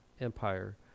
Empire